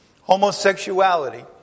homosexuality